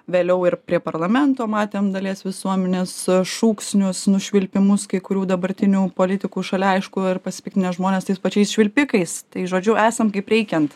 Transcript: vėliau ir prie parlamento matėm dalies visuomenės šūksnius nušvilpimus kai kurių dabartinių politikų šalia aišku ir pasipiktinę žmonės tais pačiais švilpikais tai žodžiu esam kaip reikiant